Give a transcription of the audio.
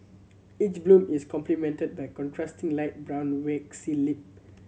each bloom is complemented by contrasting light brown waxy lip